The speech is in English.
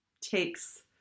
takes